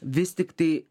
vis tiktai